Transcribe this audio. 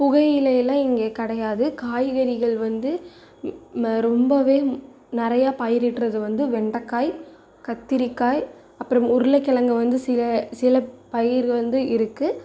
புகையிலையெலாம் இங்கே கிடையாது காய்கறிகள் வந்து ம ரொம்பவே நிறையா பயிரிட்டுறது வந்து வெண்டைக்காய் கத்திரிக்காய் அப்புறம் உருளைக்கிழங்கை வந்து சில சில பயிர் வந்து இருக்குது